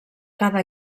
cada